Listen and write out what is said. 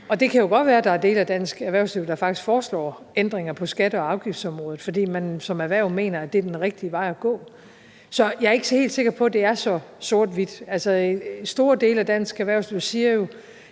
Det kan jo godt være, at der er dele af dansk erhvervsliv, der faktisk foreslår ændringer på skatte- og afgiftsområdet, fordi man som erhverv mener, at det er den rigtige vej at gå, så jeg er ikke helt sikker på, at det er så sort-hvidt. Altså, store dele af dansk erhvervsliv siger jo,